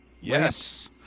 yes